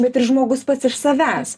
bet ir žmogus pats iš savęs